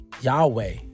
Yahweh